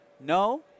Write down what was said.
No